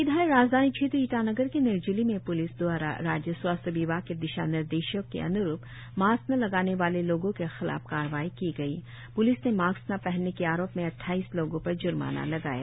इधर राजधानी क्षेत्र ईटानगर के निरजुली में पुलिस दवारा राज्य स्वास्थ्य विभाग के दिशानिर्देशों के अन्रुप मास्क न लगाने वाले लोगों के खिलाफ कार्रवाई की गई प्लिस ने मास्क न पहनने के आरोप में अद्वाईस लोगों पर ज़र्माना लगाया